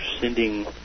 sending